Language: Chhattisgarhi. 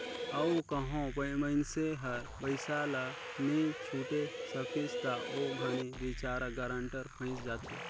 अउ कहों मइनसे हर पइसा ल नी छुटे सकिस ता ओ घनी बिचारा गारंटर फंइस जाथे